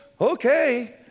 okay